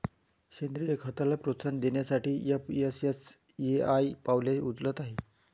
सेंद्रीय खताला प्रोत्साहन देण्यासाठी एफ.एस.एस.ए.आय पावले उचलत आहे